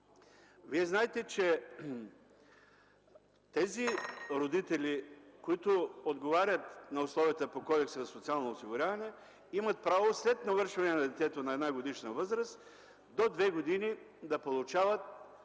Вие знаете, че тези родители, които отговарят на условията по Кодекса за социално осигуряване, имат право след навършване на детето на 1-годишна възраст до 2 години да получават